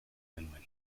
genuen